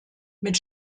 mit